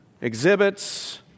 exhibits